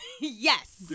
Yes